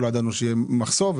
לא ידענו שיהיה מחסור,